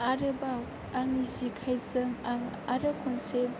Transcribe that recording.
आरोबाव आंनि जेखायजों आं आरो खनसे